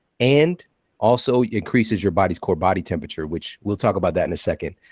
and also, it increases your body's core body temperature, which we'll talk about that in a second.